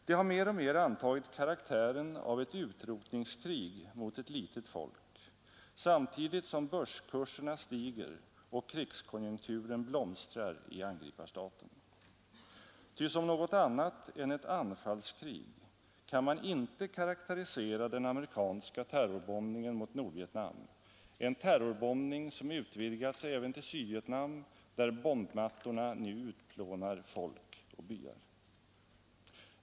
Det har mer och mer antagit karaktären av ett utrotningskrig mot ett litet folk, samtidigt som börskurserna stiger och krigskonjunkturen blomstrar i angriparstaten. Ty som något annat än ett anfallskrig kan man inte karakterisera den amerikanska terrorbombningen mot Nordvietnam, en terrorbombning som utvidgats även till Sydvietnam där bombmattorna nu utplånar folk och byar.